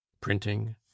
Printing